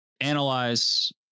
analyze